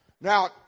Now